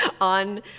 on